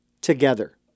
together